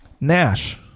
Nash